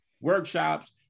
workshops